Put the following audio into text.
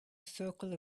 circle